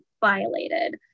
violated